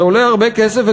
זה עולה הרבה כסף,